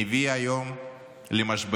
מביא היום למשבר.